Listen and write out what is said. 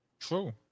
True